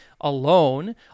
alone